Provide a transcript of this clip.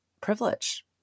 privilege